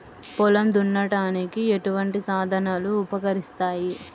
పొలం దున్నడానికి ఎటువంటి సాధనలు ఉపకరిస్తాయి?